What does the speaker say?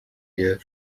year